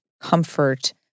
comfort